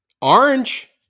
orange